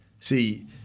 See